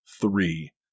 three